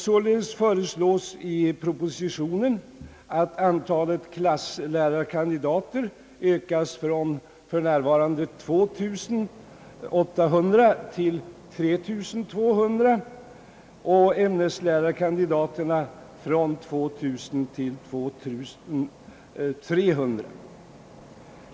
Sålunda föreslås i propositionen att antalet klasslärarkandidater ökas från för närvarande 2 800 till 3 200 och antalet ämneslärarkandidater från 2 000 till 2300.